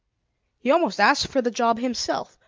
he almost asked for the job himself,